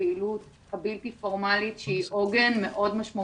בעיני שיח שהוא כרגע מאוד קטן,